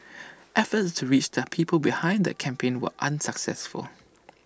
efforts to reach the people behind that campaign were unsuccessful